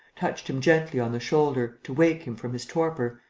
touched him gently on the shoulder, to wake him from his torpor,